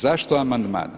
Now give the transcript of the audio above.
Zašto amandman?